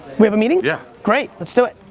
we have a meeting? yeah. great. let's do it.